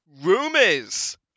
Rumors